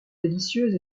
délicieuse